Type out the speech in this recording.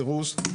סירוס,